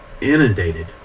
inundated